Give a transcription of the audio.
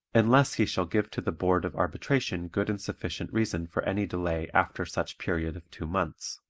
unless he shall give to the board of arbitration good and sufficient reason for any delay after such period of two months.